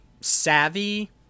savvy